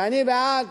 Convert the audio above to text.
ואני בעד